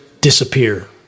disappear